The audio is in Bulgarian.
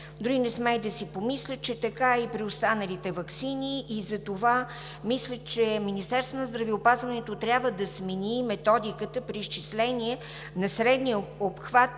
Дори не смея да си помисля, че така е и при останалите ваксини. Затова мисля, че Министерството на здравеопазването трябва да смени методиката при изчисление на средния обхват